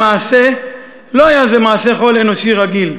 למעשה לא היה זה מעשה חול אנושי רגיל,